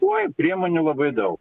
oi priemonių labai daug